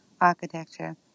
architecture